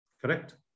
Correct